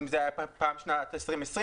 אם זה היה פעם שנת 2020,